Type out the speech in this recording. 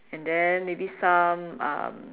and then maybe some um